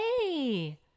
hey